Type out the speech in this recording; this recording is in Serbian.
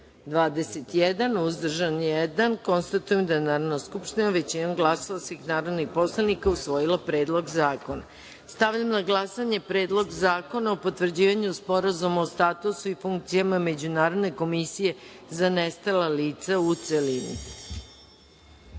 21, uzdržan – jedan. Konstatujem da je Narodna skupština većinom glasova svih narodnih poslanika usvojila Predlog zakona. Stavljam na glasanje Predlog zakona o potvrđivanju Sporazuma o statusu i funkcijama Međunarodne komisije za nestala lica, u